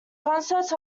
concerts